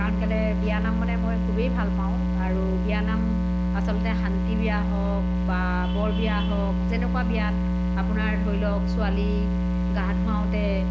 কাৰণ কেলৈ বিয়ানাম মানে মই খুবেই ভাল পাওঁ আৰু বিয়ানাম আচলতে শান্তি বিয়া হওক বা বৰবিয়া হওক যেনেকুৱা বিয়াত আপোনাৰ ধৰি লওক ছোৱালী গা ধুৱাওঁতে